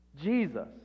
Jesus